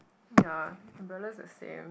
ya umbrella is the same